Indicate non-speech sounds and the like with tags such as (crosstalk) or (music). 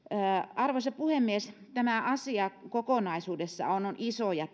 arvoisa puhemies tämä asia kokonaisuudessaan on on iso ja (unintelligible)